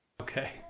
Okay